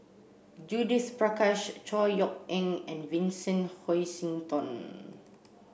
Judith Prakash Chor Yeok Eng and Vincent Hoisington